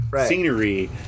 scenery